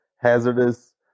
hazardous